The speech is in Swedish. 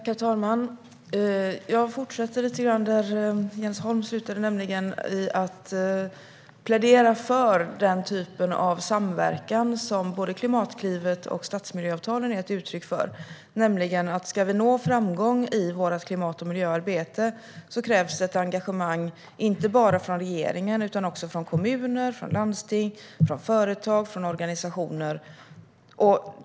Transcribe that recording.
Herr talman! Jag fortsätter lite grann där Jens Holm slutade, nämligen med att plädera för den typ av samverkan som både Klimatklivet och stadsmiljöavtalen är ett uttryck för. Ska vi nå framgång i vårt klimat och miljöarbete krävs det ett engagemang inte bara från regeringen utan också från kommuner, landsting, företag och organisationer.